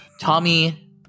Tommy